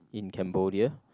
in Cambodia